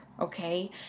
okay